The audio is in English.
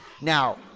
Now